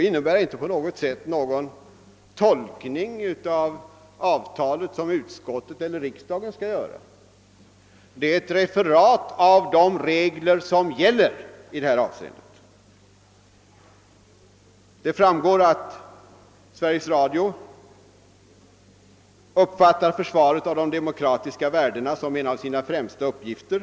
Denna avser inte på något sätt någon tolkning av avtalet som utskottet eller riksdagen skulle göra; den ger ett referat av de regler som gäller i detta avseende. Därav framgår att Sveriges Radio uppfattar »försvaret av de demokratiska värdena som en av sina främsta uppgifter».